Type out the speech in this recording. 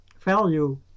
value